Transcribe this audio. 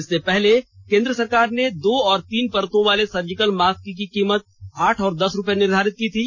इससे पहले केन्द्र सरकार ने दो और तीन परतों वाले सर्जिकल मास्क की कीमत आठ और दस रुपये में निर्धारित की थी